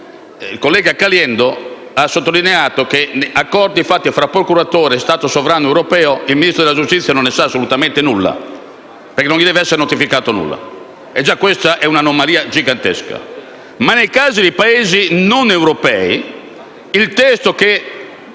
Il collega Caliendo giustamente ha sottolineato che degli accordi che intervengono tra procuratori e Stati sovrani europei il Ministro della giustizia non ne sa assolutamente nulla perché non gli deve essere notificato nulla e già questa è un'anomalia gigantesca, ma nel caso di Paesi non europei il testo che